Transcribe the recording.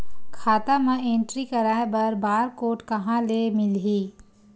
खाता म एंट्री कराय बर बार कोड कहां ले मिलही?